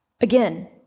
Again